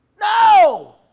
No